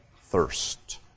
thirst